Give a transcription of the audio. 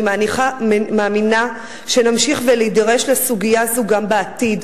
אני מאמינה שנמשיך להידרש לסוגיה זו גם בעתיד.